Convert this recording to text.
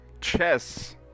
Chess